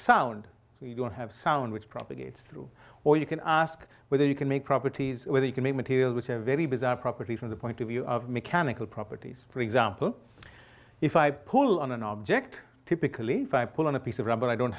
sound so you don't have sound which propagates through or you can ask whether you can make properties or they can make material which are very bizarre property from the point of view of mechanical properties for example if i pull on an object typically five pull on a piece of rubber i don't